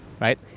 right